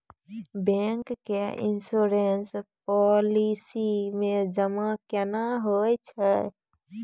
Bank के insurance policy मे जमा केना होय छै?